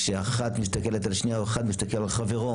כשאחת מסתכלת על השנייה או כשאחד מסתכל על חברו